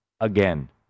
again